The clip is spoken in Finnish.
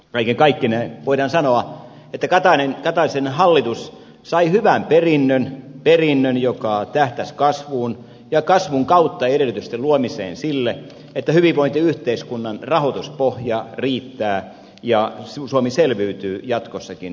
kaiken kaikkineen voidaan sanoa että kataisen hallitus sai hyvän perinnön perinnön joka tähtäsi kasvuun ja kasvun kautta edellytysten luomiseen sille että hyvinvointiyhteiskunnan rahoituspohja riittää ja suomi selviytyy jatkossakin hyvinvointiyhteiskuntana